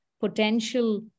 potential